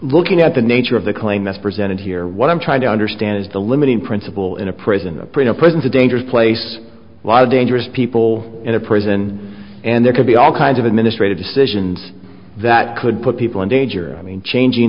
looking at the nature of the claim that's presented here what i'm trying to understand is the limiting principle in a prison presence a dangerous place a lot of dangerous people in a prison and there could be all kinds of administrative decisions that could put people in danger i mean changing